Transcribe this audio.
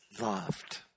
loved